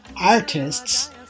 artists